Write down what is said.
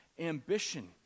ambition